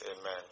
Amen